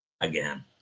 again